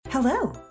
Hello